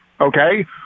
okay